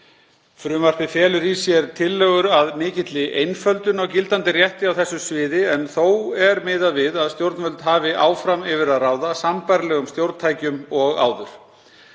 Frumvarpið felur í sér tillögur að mikilli einföldun á gildandi rétti á þessu sviði en þó er miðað við að stjórnvöld hafi áfram yfir að ráða sambærilegum stjórntækjum og áður.